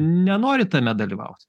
nenori tame dalyvaut